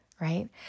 right